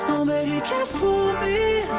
you can't fool me,